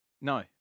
No